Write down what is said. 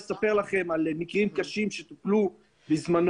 היא יכול לספר לכם על מקרים קשים שטופלו בזמנו.